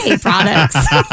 products